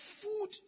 food